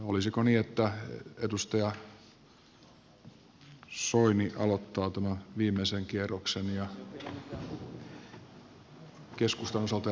olisiko niin että edustaja soini aloittaa tämän viimeisen kierroksen ja keskustan osalta edustaja tiilikainen arhinmäki